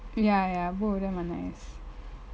ya ya both of them are nice